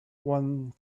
one